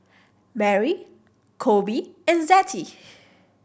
Merry Kolby and Zettie